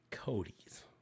Cody's